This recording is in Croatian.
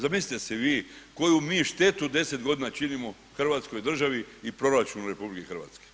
Zamislite si vi koju mi štetu 10 godina činimo Hrvatskoj državi i proračunu RH.